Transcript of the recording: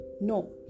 No